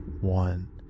one